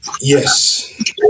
Yes